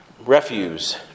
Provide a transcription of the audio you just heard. refuse